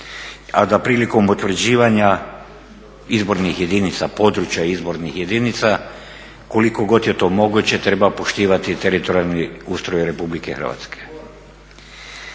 a da prilikom utvrđivanja izbornih jedinica, područja izbornih jedinica koliko god je to moguće treba poštivati i teritorijalni ustroj Republike Hrvatske.